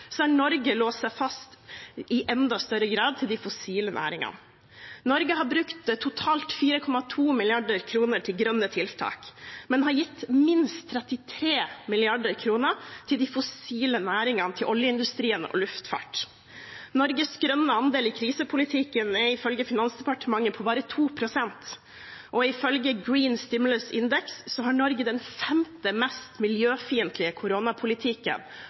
har Norge i enda større grad låst seg fast til de fossile næringene. Norge har brukt totalt 4,2 mrd. kr til grønne tiltak, men har gitt minst 33 mrd. kr til de fossile næringene, til oljeindustrien og luftfarten. Norges grønne andel i krisepolitikken er ifølge Finansdepartementet på bare 2 pst., og ifølge Green Stimulus Index har Norge den femte mest miljøfiendtlige koronapolitikken